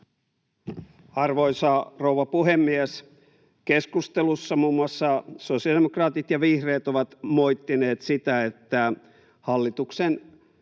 Arvoisa rouva puhemies! Keskustelussa muun muassa sosiaalidemokraatit ja vihreät ovat moittineet sitä, että hallituksen